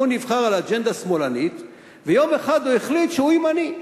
שהוא נבחר על אג'נדה שמאלנית ויום אחד הוא החליט שהוא ימני,